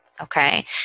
Okay